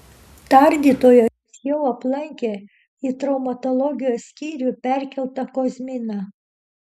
tardytojas jau aplankė į traumatologijos skyrių perkeltą kozminą